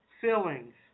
fillings